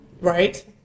Right